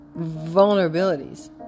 vulnerabilities